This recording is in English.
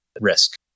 risk